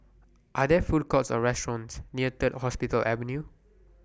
Are There Food Courts Or restaurants near Third Hospital Avenue